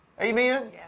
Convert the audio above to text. Amen